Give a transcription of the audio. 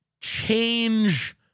change